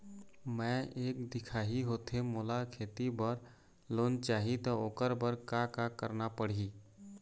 मैं एक दिखाही होथे मोला खेती बर लोन चाही त ओकर बर का का करना पड़ही?